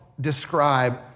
describe